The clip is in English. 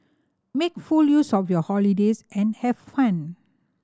make full use of your holidays and have fun